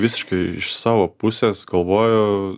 visiškai iš savo pusės kovoju